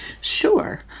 Sure